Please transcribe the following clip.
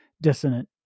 dissonant